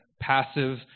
passive